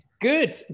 Good